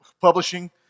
publishing